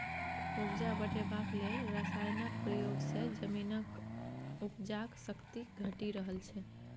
उपजा बढ़ेबाक लेल रासायनक प्रयोग सँ जमीनक उपजाक शक्ति घटि रहल छै